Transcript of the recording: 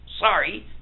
Sorry